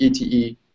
ETE